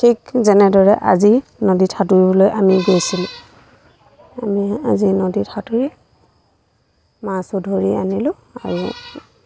ঠিক যেনেদৰে আজি নদীত সাঁতুৰিবলৈ আমি গৈছিলোঁ আমি আজি নদীত সাঁতুৰি মাছো ধৰি আনিলোঁ আৰু